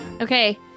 okay